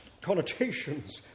connotations